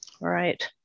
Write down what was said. Right